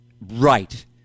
Right